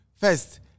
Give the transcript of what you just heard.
First